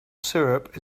syrup